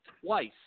twice